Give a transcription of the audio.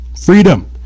Freedom